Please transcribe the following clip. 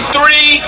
Three